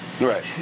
Right